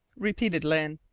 repeated lyne.